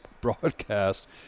broadcast